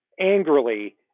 angrily